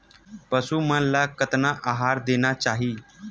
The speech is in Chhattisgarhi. पशु मन ला कतना आहार देना चाही?